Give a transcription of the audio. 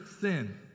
sin